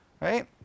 right